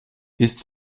ist